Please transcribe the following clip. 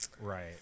Right